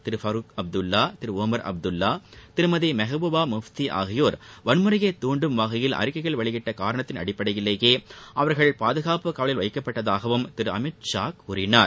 திரு பஃருக் அப்துல்லா திரு ஒமர் அப்துல்லா திருமதி மெஹ்பூபா முப்தி ஆகியோர் வன்முறையைத் துண்டும் வகையில் அறிக்கைகள் வெளியிட்ட காரணத்தின் அடிப்படையிலேயே அவர்கள் பாதுகாப்பு காவலில் வைக்கப்பட்டதாகவும் திரு அமித் ஷா கூறினார்